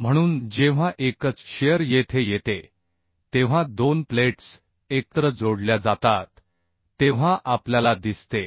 म्हणून जेव्हा एकच शिअर येथे येते तेव्हा दोन प्लेट्स एकत्र जोडल्या जातात तेव्हा आपल्याला दिसते